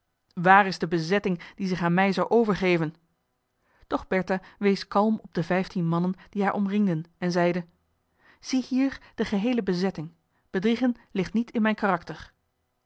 waar is de bezetting die zich aan mij zou overgeven doch bertha wees kalm op de vijftien mannen die haar omringden en zeide ziehier de geheele bezetting bedriegen ligt niet in mijn karakter